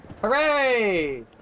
Hooray